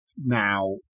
now